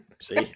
See